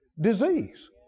Disease